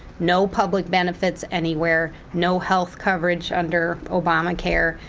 no public benefits anywhere, no health coverage under obamacare,